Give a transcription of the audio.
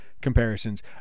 comparisons